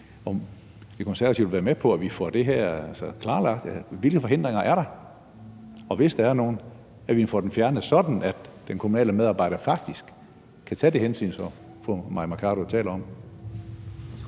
vil være med på, at vi får klarlagt, hvilke forhindringer der er, og hvis der er nogen, at vi får dem fjernet, sådan at den kommunale medarbejder faktisk kan tage det hensyn, som fru Mai Mercado taler om.